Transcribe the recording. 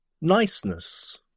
niceness